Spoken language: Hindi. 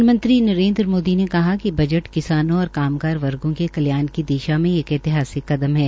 प्रधानमंत्री नरेन्द्र मोदी ने कहा है कि बजट किसानों और कामगार वर्गो के कल्याण की दिशा में एक ऐतिहासिक कदम है